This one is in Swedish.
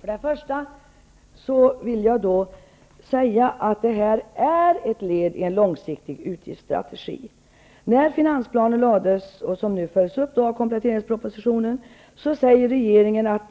Fru talman! Först vill jag säga att det här är ett led i en långsiktig utgiftsstrategi. I samband med framläggandet av finansplanen, som nu följs upp av kompletteringspropositionen, sade regeringen att